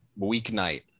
weeknight